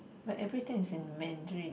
but everything is in Mandarin